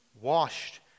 washed